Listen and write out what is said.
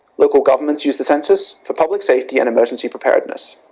local governments use the census for public safety and emergency preparedness.